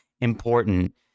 important